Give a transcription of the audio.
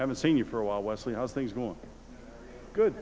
haven't seen you for a while wesley i was things going good